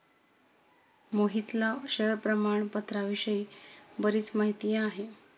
मोहितला शेअर प्रामाणपत्राविषयी बरीच माहिती आहे